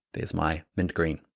there's my mint green.